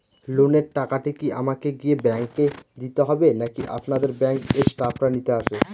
লোনের টাকাটি কি আমাকে গিয়ে ব্যাংক এ দিতে হবে নাকি আপনাদের ব্যাংক এর স্টাফরা নিতে আসে?